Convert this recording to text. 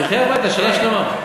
תלכי הביתה שנה שלמה.